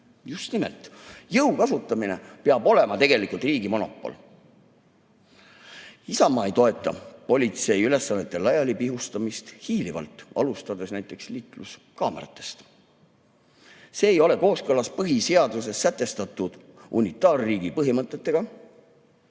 Just nimelt. Jõu kasutamine peab olema tegelikult riigi monopol. Isamaa ei toeta politsei ülesannete hiilivalt laiali pihustamist, alustades näiteks liikluskaameratest. See ei ole kooskõlas põhiseaduses sätestatud unitaarriigi põhimõtetega.